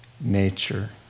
nature